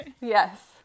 Yes